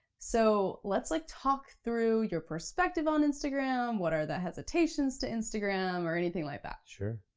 so let's like talk through your perspective on instagram, what are the hesitations to instagram or anything like that. sure.